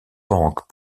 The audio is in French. banques